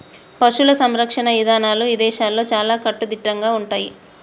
పశువుల సంరక్షణ ఇదానాలు ఇదేశాల్లో చాలా కట్టుదిట్టంగా ఉంటయ్యి